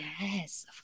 Yes